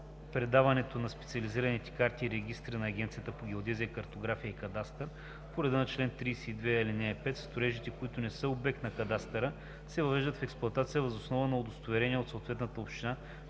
предаването на специализираните карти и регистри на Агенцията по геодезия, картография и кадастър по реда на чл. 32, ал. 5 строежите, които не са обект на кадастъра, се въвеждат в експлоатация въз основа на удостоверение от съответната община,